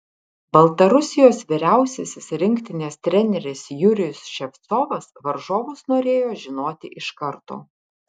baltarusijos vyriausiasis rinktinės treneris jurijus ševcovas varžovus norėjo žinoti iš karto